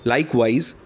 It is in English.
Likewise